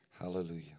Hallelujah